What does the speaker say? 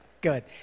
Good